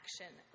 action